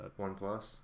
OnePlus